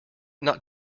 not